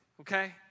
Okay